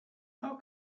how